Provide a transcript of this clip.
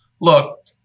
look